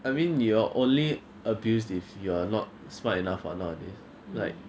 I mean you're only abused if you are not smart enough ah nowadays like